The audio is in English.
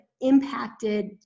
impacted